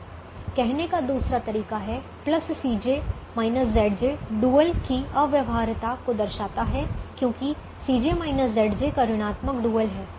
कहने का दूसरा तरीका है Cj Zj डुअल की अव्यवहार्यता को दर्शाता है क्योंकि का ऋणात्मक डुअल है